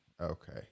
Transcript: okay